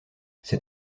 ses